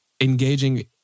engaging